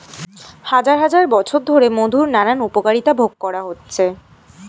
হাজার হাজার বছর ধরে মধুর নানান উপকারিতা ভোগ করা হচ্ছে